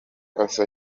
asa